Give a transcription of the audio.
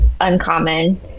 uncommon